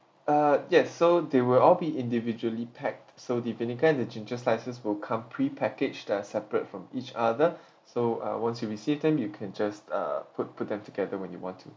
uh yes so they will all be individually packed so the vinegar the ginger slices will come pre package they are separate from each other so uh once you receive them you can just uh put put them together when you want to